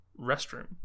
restroom